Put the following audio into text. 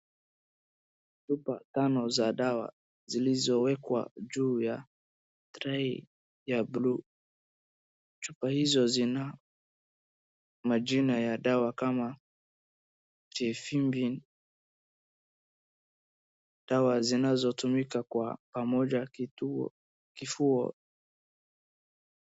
Chupa tano za dawa zilizowekwa juu ya tray ya buluu. Chupa hizo zina majina ya dawa kama Rifampin , dawa zinazotumika kwa pamoja kutibu kifua.